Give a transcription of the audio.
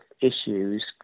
issues